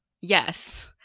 Yes